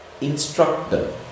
instructor